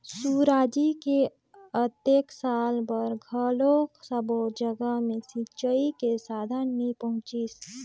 सुराजी के अतेक साल बार घलो सब्बो जघा मे सिंचई के साधन नइ पहुंचिसे